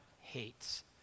hates